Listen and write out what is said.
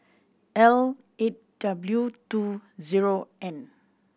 L eight W two zero N